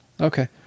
okay